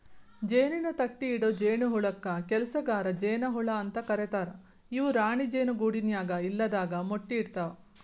ಜೇನಿನ ತಟ್ಟಿಇಡೊ ಜೇನಹುಳಕ್ಕ ಕೆಲಸಗಾರ ಜೇನ ಹುಳ ಅಂತ ಕರೇತಾರ ಇವು ರಾಣಿ ಜೇನು ಗೂಡಿನ್ಯಾಗ ಇಲ್ಲದಾಗ ಮೊಟ್ಟಿ ಇಡ್ತವಾ